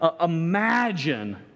imagine